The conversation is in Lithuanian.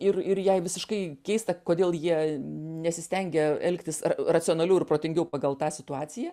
ir ir jai visiškai keista kodėl jie nesistengia elgtis racionaliau ir protingiau pagal tą situaciją